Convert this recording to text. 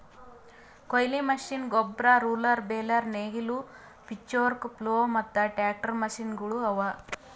ಕೊಯ್ಲಿ ಮಷೀನ್, ಗೊಬ್ಬರ, roller, baler, ನೇಗಿಲು, ಪಿಚ್ಫೋರ್ಕ್, ಪ್ಲೊ ಮತ್ತ ಟ್ರಾಕ್ಟರ್ ಮಷೀನಗೊಳ್ ಅವಾ